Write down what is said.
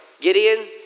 Gideon